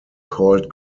called